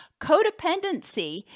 Codependency